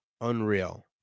Unreal